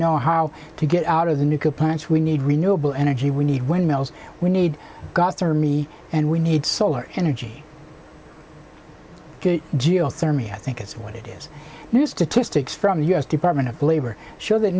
know how to get out of the nuclear plants we need renewable energy we need windmills we need god's army and we need solar energy geothermal i think it's what it is new statistics from the u s department of labor show that